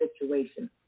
situation